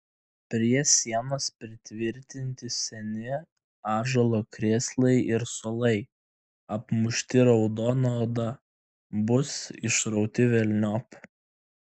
prie sienos pritvirtinti seni ąžuolo krėslai ir suolai apmušti raudona oda bus išrauti velniop